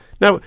Now